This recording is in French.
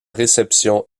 réception